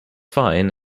fine